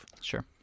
Sure